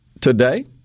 today